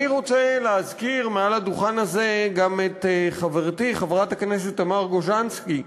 אני רוצה להזכיר מעל הדוכן הזה גם את חברתי חברת הכנסת תמר גוז'נסקי,